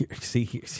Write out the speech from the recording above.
See